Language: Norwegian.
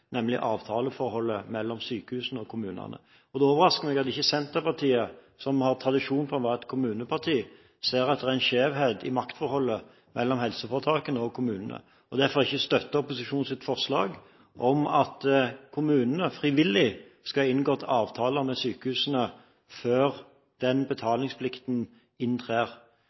nemlig avtaleforholdet mellom sykehusene og kommunene. Det overrasker meg at ikke Senterpartiet, som har tradisjon for å være et kommuneparti, ser at det er en skjevhet i maktforholdet mellom helseforetakene og kommunene, og at de ikke støtter opposisjonens forslag om at kommunene frivillig skal ha inngått avtaler med sykehusene før den betalingsplikten inntrer.